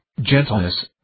gentleness